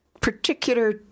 particular